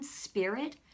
spirit